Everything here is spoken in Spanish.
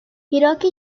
hiroki